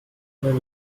mein